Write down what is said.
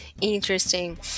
Interesting